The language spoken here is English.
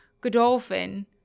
godolphin